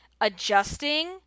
adjusting